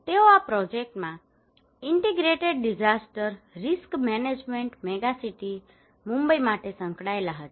તેઓ આ પ્રોજેક્ટમાં integrated disaster risk management megacity Mumbai માટે સંકળાયેલા હતા